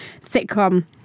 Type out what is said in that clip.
sitcom